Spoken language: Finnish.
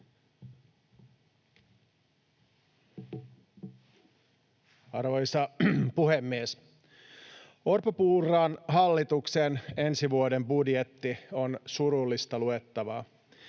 Arvoisa puhemies! Orpon—Purran hallituksen ensi vuoden budjetti on surullista luettavaa: